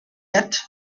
yet